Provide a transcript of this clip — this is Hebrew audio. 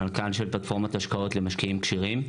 מנכ"ל של פלטפורמות השקעות למשקיעים כשרים,